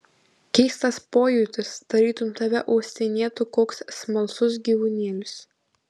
keistas pojūtis tarytum tave uostinėtų koks smalsus gyvūnėlis